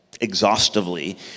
exhaustively